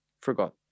Forgot